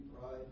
Pride